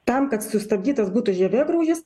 tam kad sustabdytas būtų žievėgraužis